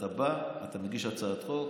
אתה בא, אתה מגיש את הצעת החוק.